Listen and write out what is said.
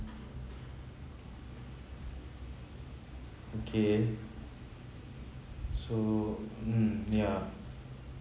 okay so mm ya